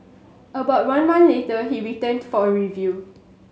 about one month later he returned to for a review